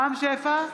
רם שפע,